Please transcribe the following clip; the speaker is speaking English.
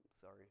Sorry